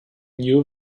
new